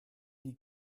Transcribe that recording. die